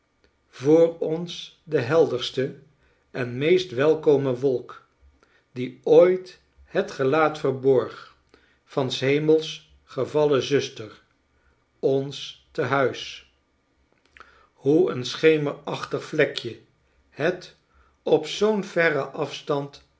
voor ons de helderste en meest welkome wolk die ooit het gelaat verborg van s hemels gevallen zuster ons te-huis hoe n schemerachtig vlekje het op zoo'n verre afstand